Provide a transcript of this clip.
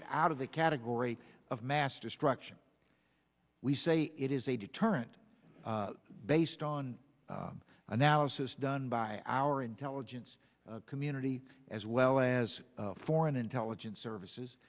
it out of the category of mass destruction we say it is a deterrent based on analysis done by our intelligence community as well as foreign intelligence services